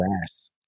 grass